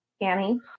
Annie